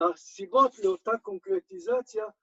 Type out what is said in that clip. ‫הסיבות לאותה קונקרטיזציה.